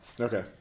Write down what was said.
Okay